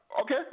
Okay